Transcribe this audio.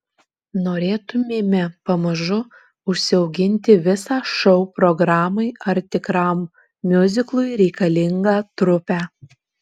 norėtumėme pamažu užsiauginti visą šou programai ar tikram miuziklui reikalingą trupę